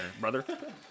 brother